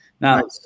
Now